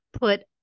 put